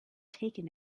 taken